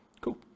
Cool